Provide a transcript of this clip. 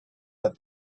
that